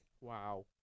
Wow